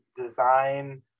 design